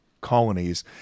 colonies